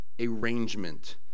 arrangement